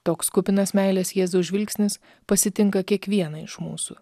toks kupinas meilės jėzaus žvilgsnis pasitinka kiekvieną iš mūsų